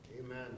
Amen